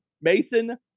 Mason